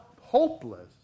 hopeless